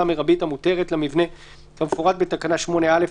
המרבית המותרת למבנה כמפורט בתקנה 8(א),